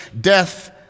death